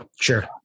sure